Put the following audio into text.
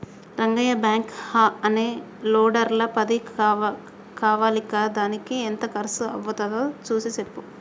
Rangayya backhoe అనే లోడర్ల పది కావాలిదానికి ఎంత కర్సు అవ్వుతాదో సూసి సెప్పు